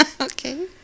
Okay